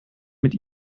mit